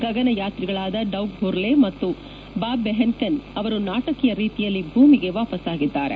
ಗಗನಯಾತ್ರಿಗಳಾದ Doug Hurley ಹಾಗೂ Bob Behnken ಅವರು ನಾಟಕೀಯ ರೀತಿಯಲ್ಲಿ ಭೂಮಿಗೆ ವಾಪಸ್ಸಾಗಿದ್ದಾರೆ